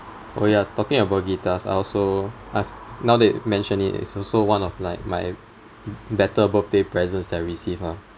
oh yeah talking about guitars I also uh now that you mention it it's also one of like my better birthday presents that I received ah